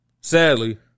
Sadly